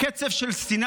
אנא.